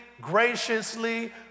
graciously